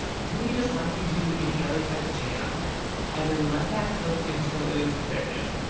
really just like you do any other type of jam and then let that cook until it is thickened.